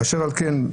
אשר על כן,